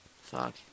Fuck